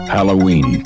Halloween